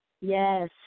Yes